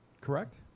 correct